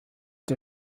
der